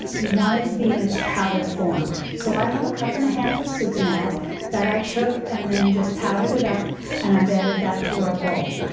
you want it to be in its powdered form. so i have a cup and a half of sucanat that i took and then just powdered it up and i've added that to our bowl.